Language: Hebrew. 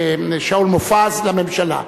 שאול מופז, לממשלה.